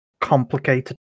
complicated